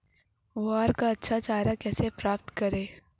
ग्वार का अच्छा चारा कैसे प्राप्त करें?